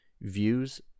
views